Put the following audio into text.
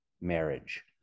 marriage